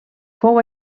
fou